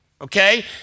Okay